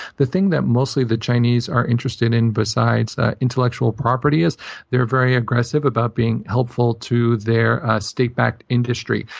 the thing that mostly the chinese are interested in, besides intellectual property, is they're very aggressive about being helpful to their state-backed industry.